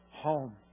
home